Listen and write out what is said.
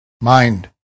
mind